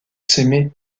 s’aimer